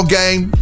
game